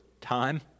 time